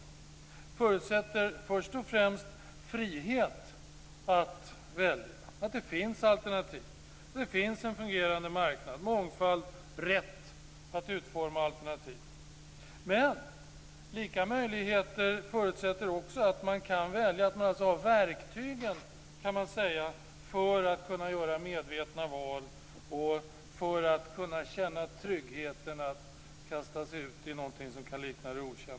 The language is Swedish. Det förutsätter först och främst frihet att välja, att det finns alternativ, att det finns en fungerande marknad, mångfald och rätt att utforma alternativ. Men lika möjligheter förutsätter också att man kan välja, alltså att man har verktygen för att kunna göra medvetna val och för att kunna känna tryggheten att kasta sig ut i någonting som kan likna det okända.